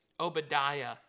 Obadiah